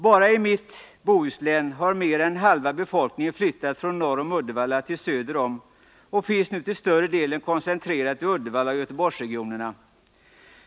Bara i mitt Bohuslän har mer än halva befolkningen flyttat från norr om Uddevalla till söder därom och finns nu till större delen koncentrerad till Uddevallaoch Göteborgsregionerna.